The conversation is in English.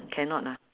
cannot lah